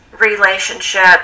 relationship